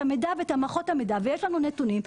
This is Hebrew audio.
את המידע ואת מערכות המיד ויש את הנתונים,